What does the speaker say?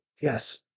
Yes